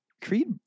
Creed